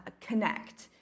connect